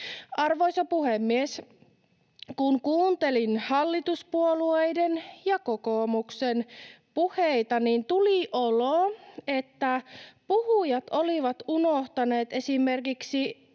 Arvoisa puhemies! Kun kuuntelin hallituspuolueiden ja kokoomuksen puheita, niin tuli olo, että puhujat olivat unohtaneet esimerkiksi